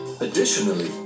Additionally